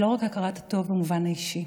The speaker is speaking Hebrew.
זה לא רק הכרת הטוב במובן האישי,